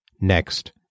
Next